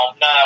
no